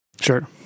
Sure